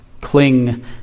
cling